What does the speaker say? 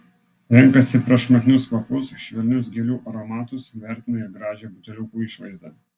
renkasi prašmatnius kvapus švelnius gėlių aromatus vertina ir gražią buteliukų išvaizdą